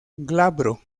glabro